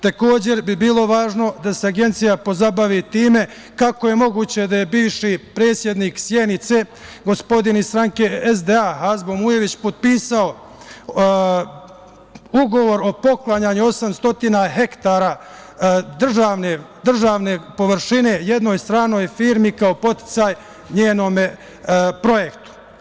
Takođe bi bilo važno da se Agencija pozabavi time kako je moguće da je bivši predsednik Sjenice, gospodin iz stranke SDA, Hazbo Mujević potpisao ugovor o poklanjanju 800 hektara državne površine jednoj stranoj firmi kao podsticaj njenom projektu.